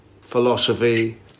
philosophy